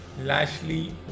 Lashley